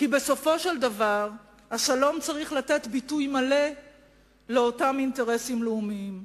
כי בסופו של דבר השלום צריך לתת ביטוי מלא לאותם אינטרסים לאומיים.